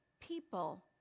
people